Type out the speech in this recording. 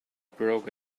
broke